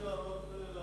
אדוני השר?